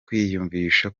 kwiyumvisha